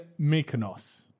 Mykonos